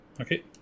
okay